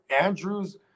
Andrews